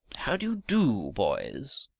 how do you do, boys?